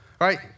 right